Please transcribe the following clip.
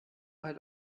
halt